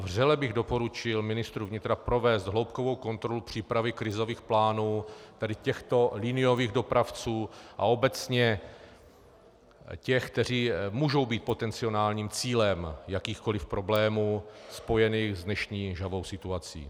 Vřele bych doporučil ministru vnitra provést hloubkovou kontrolu přípravy krizových plánů tady těchto liniových dopravců a obecně těch, kteří můžou být potenciálním cílem jakýchkoli problémů spojených s dnešní žhavou situací.